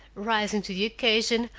rising to the occasion,